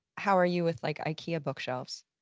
how are you with like ikea bookshelves?